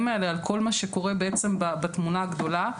האלה על כל מה שקורה בעצם בתמונה הגדולה.